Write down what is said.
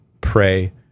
pray